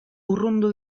urrundu